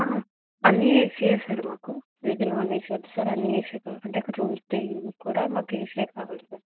ఆ అన్నీ ఏసీయే సార్ మాకు ఏదీ నాన్ఏసీ వద్దు సార్ అన్నీ ఏసీ కావ్ అంటే అక్కడ రూమ్ స్టే కూడా మాకు ఏసీయే కావాలి సార్